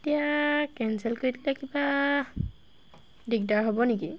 এতিয়া কেঞ্চেল কৰি দিলে কিবা দিগদাৰ হ'ব নেকি